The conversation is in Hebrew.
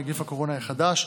נגיף הקורונה החדש)